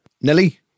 Nelly